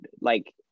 like-